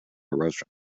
erosion